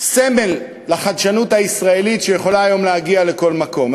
סמל לחדשנות הישראלית שיכולה היום להגיע לכל מקום,